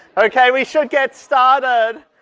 okay we should get started.